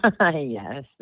Yes